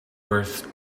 birth